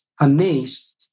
amazed